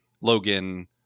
*Logan*